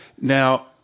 Now